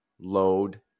load